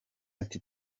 ati